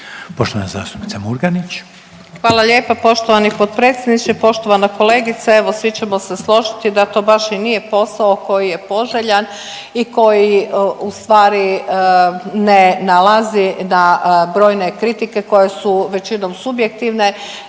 Poštovana zastupnica Murganić. **Murganić, Nada (HDZ)** Hvala lijepa poštovani potpredsjedniče, poštovana kolegice. Evo, svi ćemo se složiti da to baš i nije posao koji je poželjan i koji ustvari ne nalazi na brojne kritike koje su većinom subjektivne